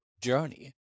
journey